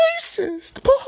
racist